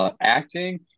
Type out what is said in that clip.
Acting